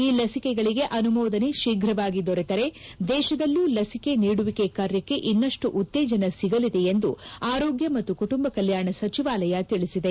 ಈ ಲಸಿಕೆಗಳಿಗೆ ಅನುಮೋದನೆ ಶೀಘವಾಗಿ ದೊರೆತರೆ ದೇಶದಲ್ಲೂ ಲಸಿಕೆ ನೀಡುವಿಕೆ ಕಾರ್ಯಕ್ತೆ ಇನ್ನಷ್ಟು ಉತ್ತೇಜನ ಸಿಗಲಿದೆ ಎಂದು ಆರೋಗ್ಯ ಮತ್ತು ಕುಟುಂಬ ಕಲ್ಲಾಣ ಸಚಿವಾಲಯ ತಿಳಿಸಿದೆ